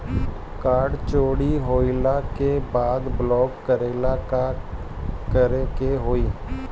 Card चोरी होइला के बाद ब्लॉक करेला का करे के होई?